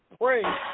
pray